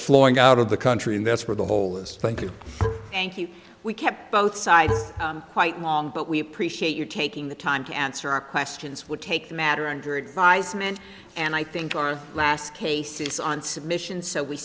flowing out of the country and that's where the whole is thank you thank you we kept both sides quite long but we appreciate your taking the time to answer our questions would take the matter under advisement and i think our last case is on submission so we